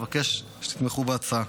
אני מבקש שתתמכו בהצעה.